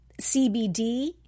CBD